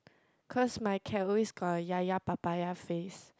cause my cat always got a yaya papaya face